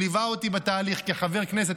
שליווה אותי בתהליך כחבר כנסת,